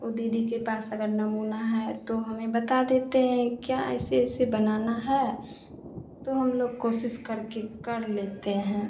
वह दीदी के पास अगर नमूना है तो हमें बता देते हैं क्या ऐसे ऐसे बनाना है तो हम लोग कोशिश करके कर लेते हैं